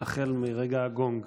החל מרגע הגונג.